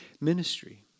ministry